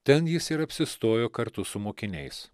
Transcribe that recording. ten jis ir apsistojo kartu su mokiniais